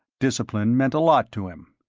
discipline meant a lot to him.